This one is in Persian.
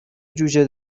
جوجه